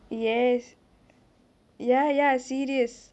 yes ya ya serious